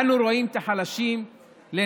אנו רואים את החלשים לנגדנו,